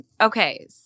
okay